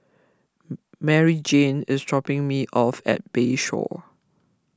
Maryjane is dropping me off at Bayshore